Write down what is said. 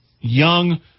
young